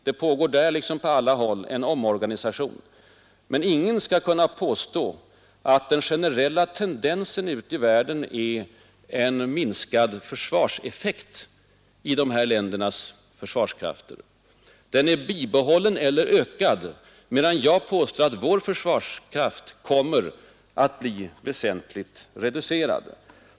Det pågår på alla håll en omorganisation, men ingen skall kunna påstå att den generella tendensen ute i världen är en minskad försvarseffekt i dessa länders försvarskrafter. Den är bibehållen eller ökad effekt, medan jag påstår att vår egen kommer att bli väsentligt reducerad.